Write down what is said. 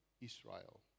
Israel